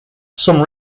some